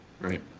Right